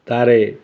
ତାଧିଅରେ